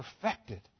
perfected